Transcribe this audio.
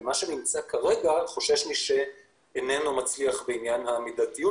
אבל אני חושש שמה שנמצא כרגע איננו מצליח בעניין המידתיות,